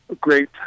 great